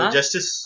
Justice